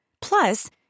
Plus